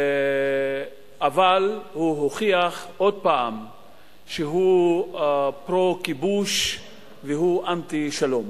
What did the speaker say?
אבל הוא הוכיח עוד פעם שהוא פרו-כיבוש ואנטי-שלום.